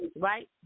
right